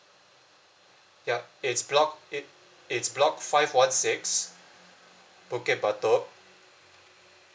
ya it's block it it's block five one six bukit batok